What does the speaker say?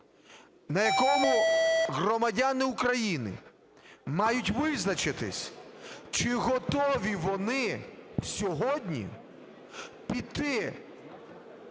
на якому громадяни України мають визначитись, чи готові вони сьогодні піти